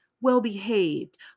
well-behaved